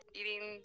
eating